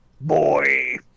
boy